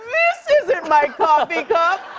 this isn't my coffee cup.